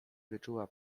wyczuła